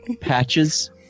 Patches